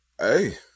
Hey